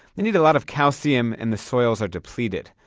they need a lot of calcium and the soils are depleted.